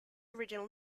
original